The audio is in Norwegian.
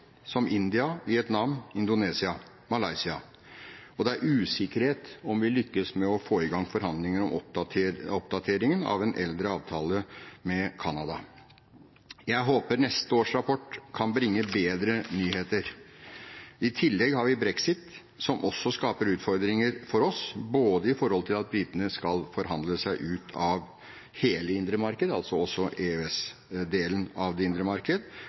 som India, Vietnam, Indonesia og Malaysia, og det er usikkerhet om vi lykkes med å få i gang forhandlinger om oppdateringen av en eldre avtale med Canada. Jeg håper neste års rapport kan bringe bedre nyheter. I tillegg har vi brexit som også skaper utfordringer for oss. Det gjelder både at britene skal forhandle seg ut av hele det indre marked – også EØS-delen av det indre marked